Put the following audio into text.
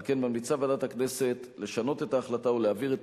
על כן ממליצה ועדת הכנסת לשנות את ההחלטה ולהעביר את